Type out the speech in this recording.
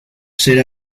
ser